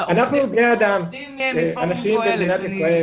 אנחנו בני אדם, אנשים במדינת ישראל